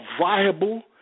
viable